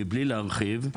מבלי להרחיב,